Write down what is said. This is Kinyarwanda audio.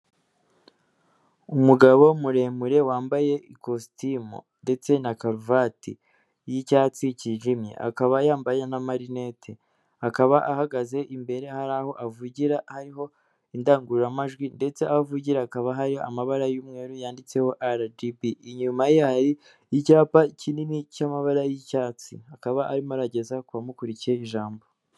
Umugabo muremure wambaye ikositimu ndetse na karuvati y'icyatsi cyijimye, akaba yambaye n'amarinete, akaba ahagaze imbere hari aho avugira hariho indangururamajwi ndetse aho avugira hakaba hariho amabara y'umweru yanditseho RGB inyuma ye hari icyapa kinini cy'amabara y'icyatsi, akaba arimo arageza ku bamukurikiye ijambo.